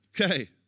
Okay